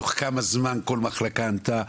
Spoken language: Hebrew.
תוך כמה זמן כל מחלקה ענתה?